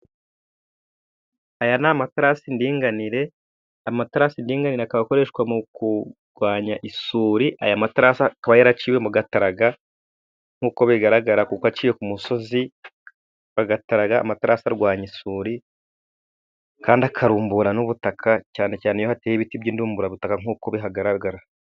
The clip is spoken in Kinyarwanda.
Aya ni amatarasiy'indinganire. Amatarasi y'indinganire akaba akoreshwa mu kurwanya isuri, aya matarasi akaba yaraciwe mu Gataraga nk'uko bigaragara ko aciye ku musozi wa Gataraga. Amatarasi arwanya isuri kandi akarumbura n'ubutaka cyane cyane iyo hateye ibiti by'indumburabutaka nk'uko bihagaragara.